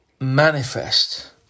manifest